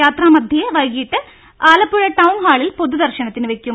യാത്രാമദ്ധ്യേ വൈകിട്ട് ആലപ്പുഴ ടൌൺ ഹാളിൽ പൊതുദർശനത്തിന് വയ്ക്കും